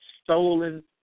Stolen